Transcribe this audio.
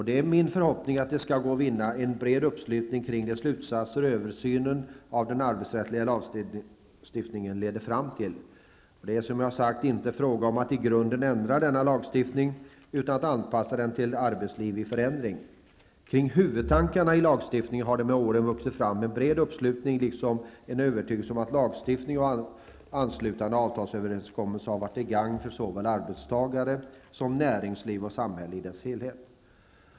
Det är min förhoppning att det skall gå att vinna en bred uppslutning kring de slutsatser översynen av den arbetsrättliga lagstiftningen leder fram till. Det är, som jag har sagt, inte fråga om att i grunden ändra denna lagstiftning utan om att anpassa den till ett arbetsliv i förändring. Kring huvudtankarna i denna lagstiftning har det med åren vuxit fram en bred uppslutning, liksom en övertygelse om att lagstiftningen och anslutande avtalsöverenskommelser har varit till gagn för såväl arbetstagarna som näringslivet och samhället i dess helhet.